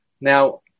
Now